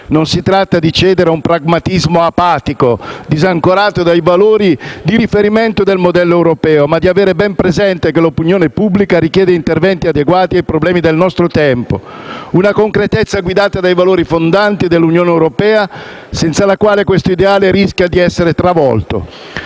Non si tratta di cedere a un pragmatismo apatico, disancorato dai valori di riferimento del modello europeo, ma di avere ben presente che l'opinione pubblica richiede interventi adeguati ai problemi del nostro tempo. Una concretezza guidata dai valori fondanti dell'Unione europea, senza la quale questo ideale rischia di essere travolto.